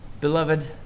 Beloved